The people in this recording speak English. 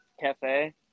Cafe